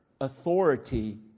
authority